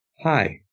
hi